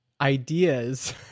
ideas